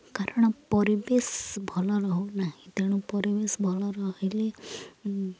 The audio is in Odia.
କାରଣ ପରିବେଶ ଭଲ ରହୁନାହିଁ ତେଣୁ ପରିବେଶ ଭଲ ରହିଲେ